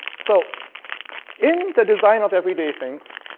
so in the design of everyday things,